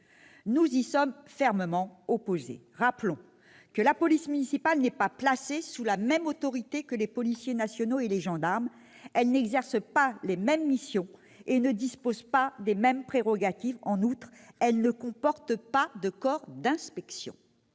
Nous y sommes fermement opposés. Rappelons que la police municipale n'est pas placée sous la même autorité que les policiers nationaux et les gendarmes, elle n'exerce pas les mêmes missions et ne dispose pas des mêmes prérogatives. En outre, elle ne comporte pas de corps d'inspection.